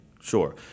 Sure